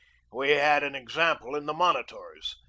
we had an example in the monitors,